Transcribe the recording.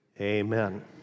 amen